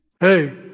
Hey